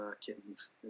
kittens